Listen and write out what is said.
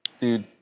Dude